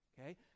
Okay